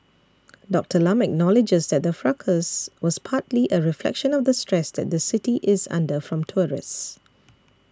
Doctor Lam acknowledges that the fracas was partly a reflection of the stress that the city is under from tourists